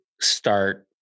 start